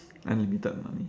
unlimited money